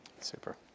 Super